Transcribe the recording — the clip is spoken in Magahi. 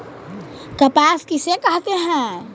कपास किसे कहते हैं?